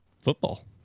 football